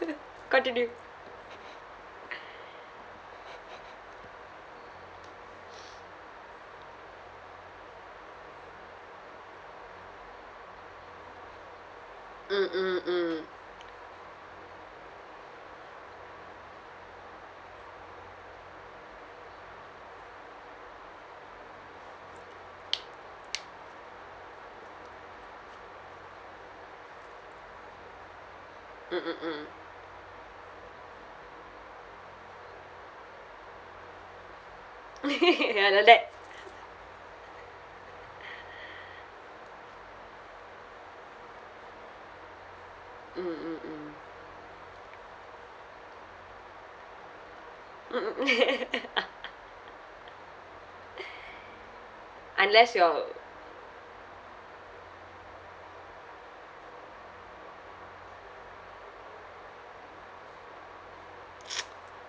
continue mm mm mm mm mm mm ya like that mm mm mm mm mm unless your